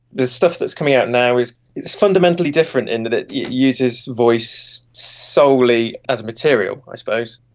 the stuff that is coming out now is is fundamentally different in that it uses voice solely as a material i suppose,